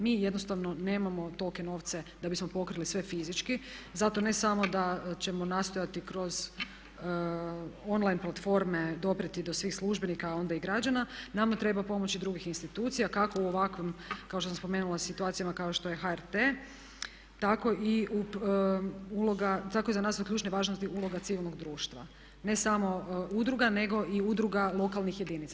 Mi jednostavno nemamo tolike novce da bismo pokrili sve fizički zato ne samo da ćemo nastojati kroz on line platforme doprijeti do svih službenika a onda i građana, nama treba pomoć i drugih institucija kako u ovakvom kao što sam spomenula situacijama kao što je HRT, tako za nas je ključna od važnosti uloga od civilnog društva, ne samo udruga nego i udruga lokalnih jedinica.